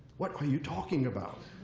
what are you talking about?